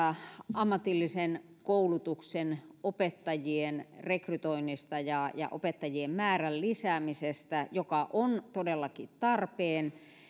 ammatillisen koulutuksen opettajien rekrytoinnista ja ja opettajien määrän lisäämisestä se on todellakin tarpeen